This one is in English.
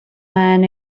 men